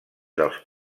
dels